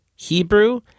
Hebrew